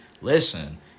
Listen